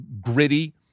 gritty